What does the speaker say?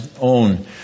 own